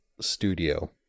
studio